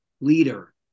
leader